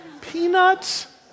Peanuts